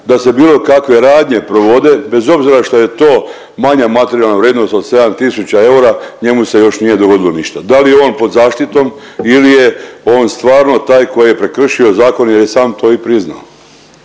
da se bilo kakve radnje provode bez obzira šta je to manja materijalna vrijednost od 7 tisuća eura, njemu se još nije dogodilo ništa. Da li je on pod zaštitom ili je on stvarno taj koji je prekršio zakon jer je sam to i priznao.